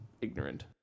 ignorant